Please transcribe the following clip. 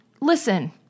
listen